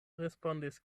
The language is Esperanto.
respondis